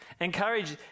Encourage